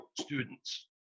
students